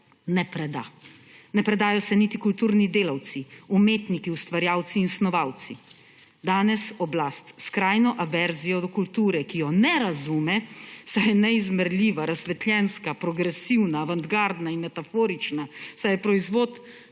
ne preda. Ne predajo se niti kulturni delavci, umetniki, ustvarjalci in snovalci. Danes oblast s skrajno averzijo do kulture, ki je ne razume, saj je neizmerljiva, razsvetljenska, progresivna, avantgardna in metaforična, saj je proizvod